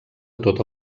tota